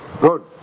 good